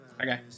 Okay